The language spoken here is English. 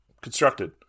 Constructed